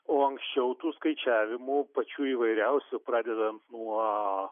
o anksčiau tų skaičiavimų pačių įvairiausių pradedant nuo